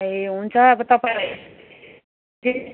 ए हुन्छ अब तपाईँ